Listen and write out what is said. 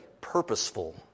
purposeful